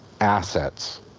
assets